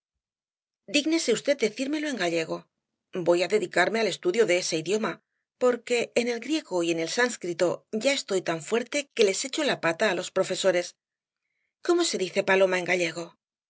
dígnese v decírmelo en gallego voy á dedicarme al estudio de ese idioma porque en el griego y en el sanscrito ya estoy tan fuerte que les echo la pata á los profesores cómo se dice paloma en gallego